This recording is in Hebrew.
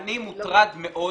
אני מוטרד מאוד.